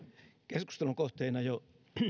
keskustelun kohteena jo